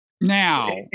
Now-